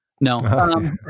No